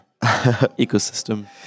ecosystem